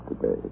today